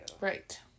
Right